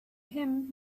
him